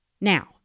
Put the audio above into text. now